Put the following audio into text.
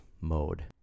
mode